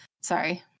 sorry